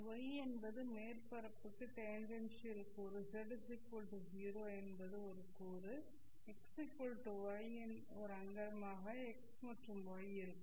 y என்பது மேற்பரப்புக்கு tangential கூறு z 0 என்பது ஒரு கூறு x y இன் ஒரு அங்கமாக x மற்றும் y இருக்கும்